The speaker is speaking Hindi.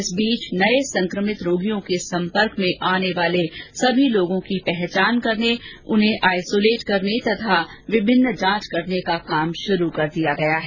इस बीच नये संक्रमित रोगियों के संपर्क में आने वाले सभी लोगों की पहचान करने और उन्हें आइसोलेट करने और विभिन्न जांच करने का काम शुरू कर दिया गया है